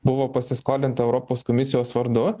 buvo pasiskolinta europos komisijos vardu